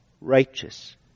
righteous